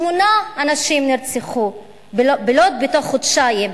שמונה אנשים נרצחו בלוד בתוך חודשיים.